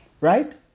Right